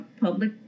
public